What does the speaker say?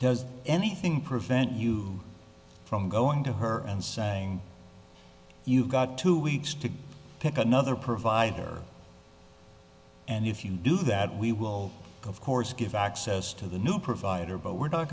does anything prevent you from going to her and saying you've got two weeks to pick another provider and if you do that we will of course give access to the new provider but we're not